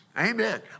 Amen